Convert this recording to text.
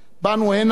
באנו הנה